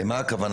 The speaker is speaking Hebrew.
למה הכוונה?